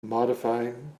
modifying